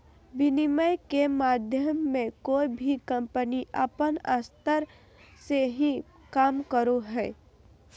विनिमय के माध्यम मे कोय भी कम्पनी अपन स्तर से ही काम करो हय